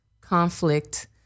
conflict